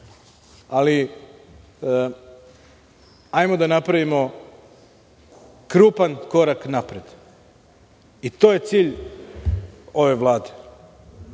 Ali, hajde da napravimo krupan korak napred i to je cilj ove Vlade.